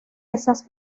esas